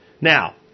Now